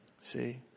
See